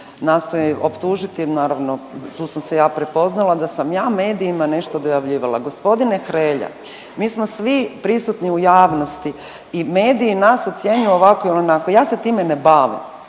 nastoji optužiti, naravno tu sam se ja prepoznala da sam ja medijima nešto dojavljivala. Gospodine Hrelja, mi smo svi prisutni u javnosti i mediji nas ocjenjuju ovako i onako, ja se time ne bavim.